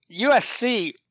USC